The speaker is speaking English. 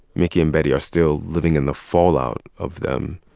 mickey and betty are still living in the fallout of them.